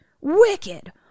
wicked